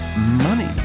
Money